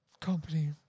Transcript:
company